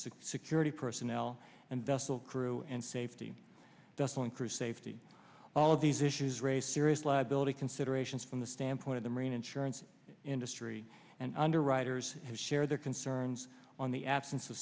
security personnel and vessel crew and safety doesn't crew safety all of these issues raise serious liability considerations from the standpoint of the marine insurance industry and underwriters who share their concerns on the absence of